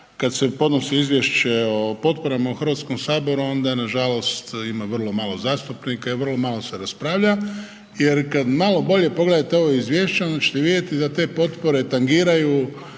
kad se podnosi izvješće o potporama u Hrvatskom saboru, onda nažalost ima vrlo malo zastupnika i vrlo malo se raspravlja jer kad malo bolje pogledate ovo izvješće, onda ćete vidjeti da te potpore tangiraju